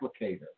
applicator